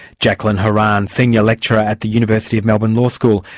jacqueline horan, senior lecturer at the university of melbourne law school.